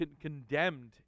condemned